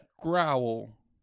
Growl